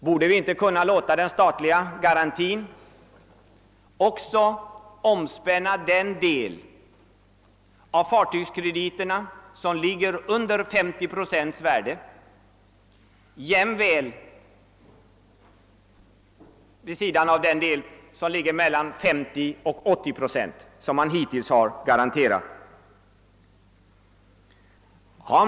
Borde vi inte kunna låta den statliga garantin också omspänna den del av fartygskrediterna som ligger under 50 procents värde, förutom den del som ligger mellan 50 och 80 procent och som det hittills lämnats garantier för?